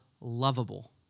lovable